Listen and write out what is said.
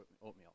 oatmeal